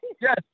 Yes